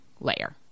layer